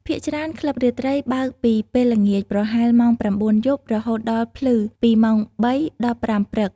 ភាគច្រើន ក្លឹបរាត្រីបើកពីពេលល្ងាច ប្រហែលម៉ោង ៩ យប់ រហូតដល់ភ្លឺ ពីម៉ោង ៣ ដល់ ៥ ព្រឹក។